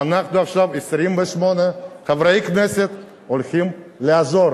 ואנחנו עכשיו, 28 חברי כנסת, הולכים לעזור